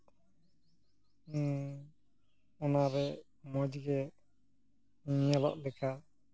ᱚᱱᱟᱨᱮ ᱢᱚᱡᱽ ᱜᱮ ᱧᱮᱞᱚᱜ ᱞᱮᱠᱟ